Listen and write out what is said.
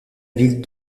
ville